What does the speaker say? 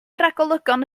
ragolygon